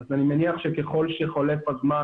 אני מניח שככל שחולף הזמן,